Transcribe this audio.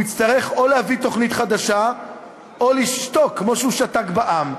הוא יצטרך או להביא תוכניות חדשה או לשתוק כמו שהוא שתק באו"ם,